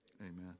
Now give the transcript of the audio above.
Amen